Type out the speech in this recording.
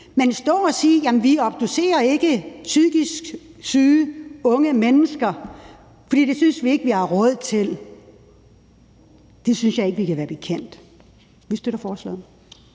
at stå at sige, at vi ikke obducerer psykisk syge unge mennesker, for det synes vi ikke vi har råd til, synes jeg ikke vi kan være bekendt. Vi støtter forslaget.